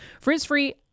Frizz-free